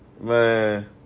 man